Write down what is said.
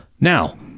Now